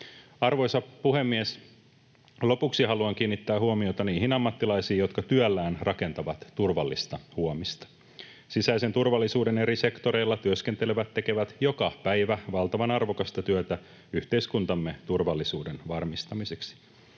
Arvoisa puhemies! Lopuksi haluan kiinnittää huomiota niihin ammattilaisiin, jotka työllään rakentavat turvallista huomista. Sisäisen turvallisuuden eri sektoreilla työskentelevät tekevät joka päivä valtavan arvokasta työtä yhteiskuntamme turvallisuuden varmistamiseksi.